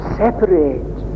separate